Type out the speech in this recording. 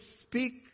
speak